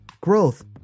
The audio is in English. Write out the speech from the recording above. growth